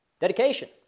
Dedication